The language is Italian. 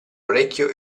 orecchio